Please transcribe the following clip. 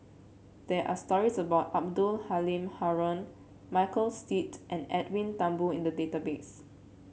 there are stories about Abdul Halim Haron Michael Seet and Edwin Thumboo in the database